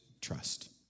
trust